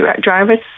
driver's